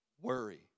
worry